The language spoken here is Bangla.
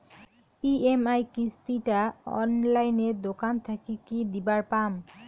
ই.এম.আই কিস্তি টা অনলাইনে দোকান থাকি কি দিবার পাম?